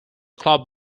club